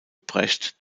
brecht